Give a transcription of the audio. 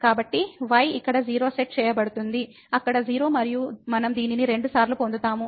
కాబట్టి y ఇక్కడ 0 set చేయబడుతుంది అక్కడ 0 మరియు మనం దీనిని 2 సార్లు పొందుతాము